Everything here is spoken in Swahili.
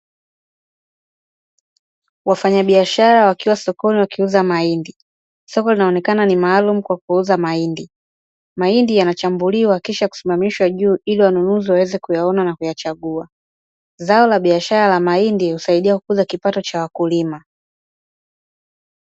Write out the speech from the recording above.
Wafanyabiashara wakiwa sokoni wakiuza mahindi. Soko linaonekana ni maalumu kwa kuuza mahindi. Mahindi yanachambuliwa kisha kusimamishwa juu ili wanunuzi waweze kuyaona na kuyachagua. Zao la biashara la mahindi husaidia kukuza kipato cha wakulima.